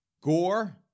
Gore